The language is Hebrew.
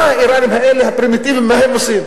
מה, האירנים הפרימיטיביים האלה, מה הם עושים?